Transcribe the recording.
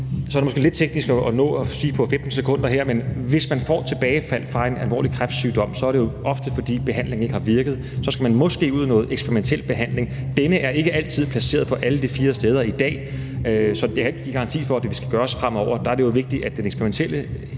er det måske lidt teknisk at nå at sige det på 15 sekunder her, men hvis man får tilbagefald fra en alvorlig kræftsygdom, er det jo ofte, fordi behandlingen ikke har virket, og så skal man måske ud i noget eksperimentel behandling, og denne er ikke altid placeret på alle de fire steder i dag. Så jeg kan ikke give en garanti for, at det skal gøres fremover. Der er det jo vigtigt, at den eksperimentelle